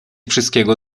wszystkiego